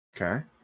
Okay